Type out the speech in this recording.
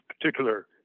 particular